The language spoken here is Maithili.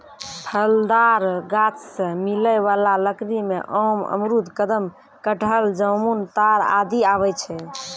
फलदार गाछ सें मिलै वाला लकड़ी में आम, अमरूद, कदम, कटहल, जामुन, ताड़ आदि आवै छै